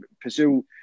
pursue